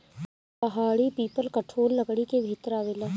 पहाड़ी पीपल कठोर लकड़ी के भीतर आवेला